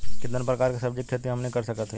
कितना प्रकार के सब्जी के खेती हमनी कर सकत हई?